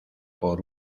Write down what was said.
por